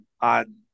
on